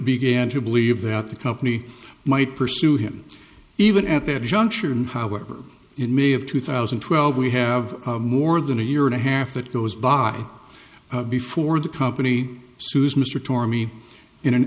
began to believe that the company might pursue him even at that juncture and however in may of two thousand and twelve we have more than a year and a half that goes by before the company sues mr tore me in an